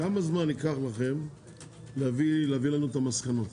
כמה זמן ייקח לכם להביא לנו את המסקנות